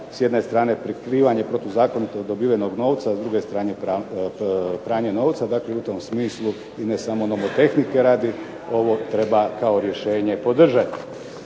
S jedne strane prikrivanje protuzakonito dobivenog novca, a s druge strane pranje novca. Dakle u tom smislu i ne samo nomotehnike radi ovo treba kao rješenje podržati.